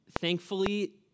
thankfully